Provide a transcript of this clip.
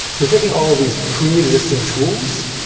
we're taking all these pre-existing tools,